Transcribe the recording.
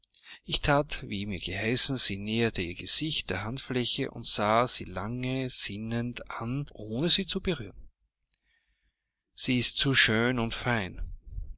ich that wie mir geheißen sie näherte ihr gesicht der handfläche und sah sie lange sinnend an ohne sie zu berühren sie ist zu schön und fein